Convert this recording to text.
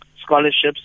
scholarships